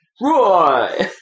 Roy